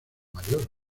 mayor